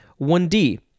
1D